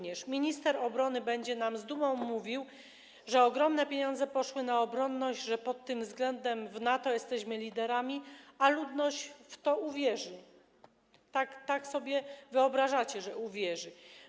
Minister obrony będzie nam z dumą mówił, że ogromne pieniądze poszły na obronność, że pod tym względem w NATO jesteśmy liderami, a ludność w to uwierzy - tak sobie wyobrażacie, że uwierzy.